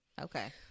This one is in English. Okay